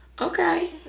Okay